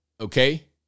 Okay